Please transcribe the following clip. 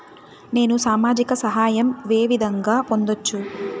నేను సామాజిక సహాయం వే విధంగా పొందొచ్చు?